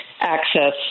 access